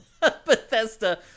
Bethesda